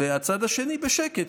והצד השני בשקט,